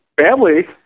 family